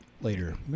later